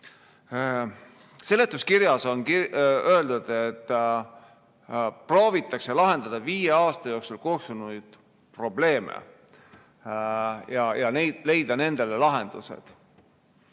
Seletuskirjas on öeldud, et proovitakse lahendada viie aasta jooksul kuhjunud probleeme ja leida nendele lahendused.